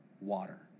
water